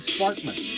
Sparkman